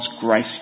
grace